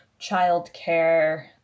childcare